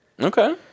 Okay